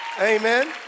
Amen